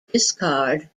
discard